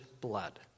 blood